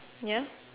ya